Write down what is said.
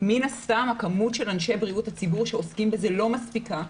מן הסתם כמות אנשי בריאות הציבור שעוסקים בזה לא מספיקה.